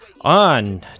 on